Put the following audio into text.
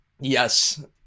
yes